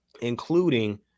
including